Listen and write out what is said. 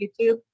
YouTube